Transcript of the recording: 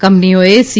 કંપનીઓએ સી